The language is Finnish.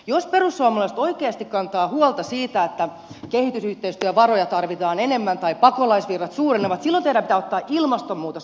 jos perussuomalaiset oikeasti kantavat huolta siitä että kehitysyhteistyövaroja tarvitaan enemmän tai pakolaisvirrat suurenevat silloin teidän pitää ottaa ilmastonmuutos vakavasti